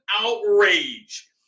outrage